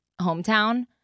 hometown